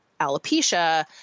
alopecia